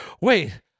wait